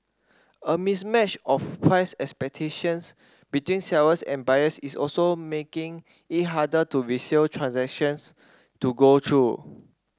a mismatch of price expectations between sellers and buyers is also making it harder to resale transactions to go through